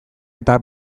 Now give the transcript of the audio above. eta